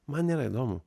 man nėra įdomu